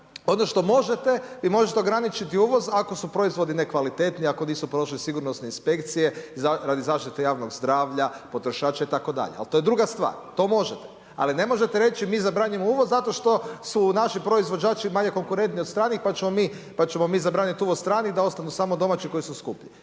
Ono što možete, vi možete ograničiti uvoz ako su proizvodi nekvalitetni, ako nisu prošli sigurnosne inspekcije radi zaštite javnog zdravlja, potrošača itd., ali to je druga stvar, to može. ali ne možete reći mi zabranjujemo uvoz zato što su naši proizvođači manje konkurentni od stranih pa ćemo mi zabraniti uvoz stranih da ostanu samo domaći koji su skuplji.